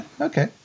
Okay